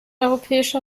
europäische